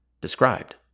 described